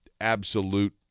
absolute –